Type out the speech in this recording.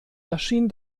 erschien